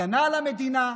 הגנה על המדינה,